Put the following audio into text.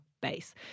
base